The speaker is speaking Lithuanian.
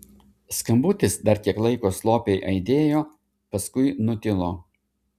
skambutis dar kiek laiko slopiai aidėjo paskui nutilo